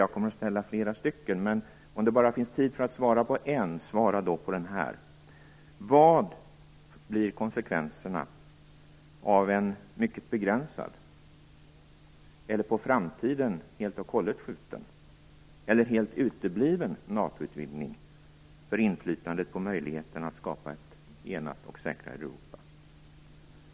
Jag kommer att ställa flera stycken, men om det bara finns tid för att svara på en, svara då på den här: Vad blir konsekvenserna av en mycket begränsad eller på framtiden helt och hållet skjuten eller helt utebliven NATO-utvidgning för inflytandet på möjligheterna att skapa ett enat och säkrare Europa?